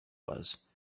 was